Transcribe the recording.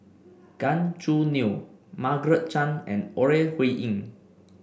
Gan Choo Neo Margaret Chan and Ore Huiying